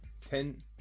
Ten